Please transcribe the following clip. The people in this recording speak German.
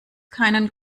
keinen